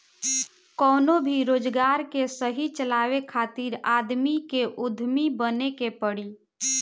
कवनो भी रोजगार के सही चलावे खातिर आदमी के उद्यमी बने के पड़ी